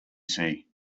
see